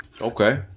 Okay